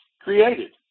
created